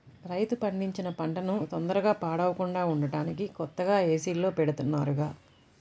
రైతు పండించిన పంటన తొందరగా పాడవకుండా ఉంటానికి కొత్తగా ఏసీల్లో బెడతన్నారుగా